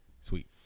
Sweet